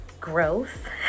growth